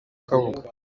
kabuga